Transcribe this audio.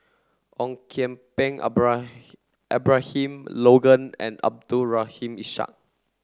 Ong Kian Peng Abra Abraham Logan and Abdul Rahim Ishak